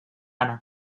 anna